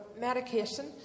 medication